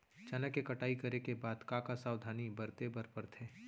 चना के कटाई करे के बाद का का सावधानी बरते बर परथे?